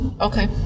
Okay